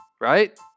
right